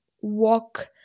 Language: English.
walk